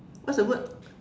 what's the word